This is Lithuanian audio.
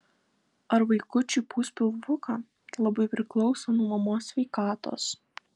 ar vaikučiui pūs pilvuką labai priklauso nuo mamos sveikatos